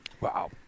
Wow